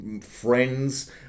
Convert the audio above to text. friends